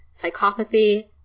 psychopathy